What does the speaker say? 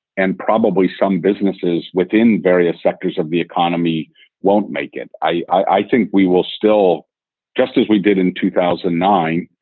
and probably some businesses within various sectors of the economy won't make it. i think we will still just as we did in two thousand and nine,